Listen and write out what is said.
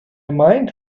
mind